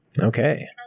Okay